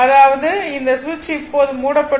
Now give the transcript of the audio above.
அதாவது இந்த சுவிட்ச் இப்போது மூடப்பட்டுள்ளது